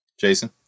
Jason